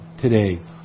today